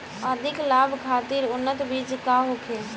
अधिक लाभ खातिर उन्नत बीज का होखे?